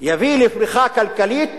יביא לפריחה כלכלית